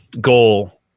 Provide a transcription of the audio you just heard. goal